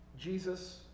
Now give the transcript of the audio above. Jesus